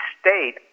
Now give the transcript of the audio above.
state